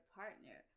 partner